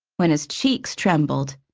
when his cheeks trembled,